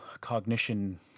cognition